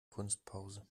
kunstpause